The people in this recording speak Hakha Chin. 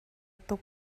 tuk